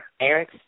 Eric